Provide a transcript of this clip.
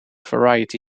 variety